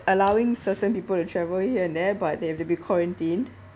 allowing certain people to travel here and there but they have to be quarantined